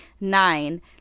Nine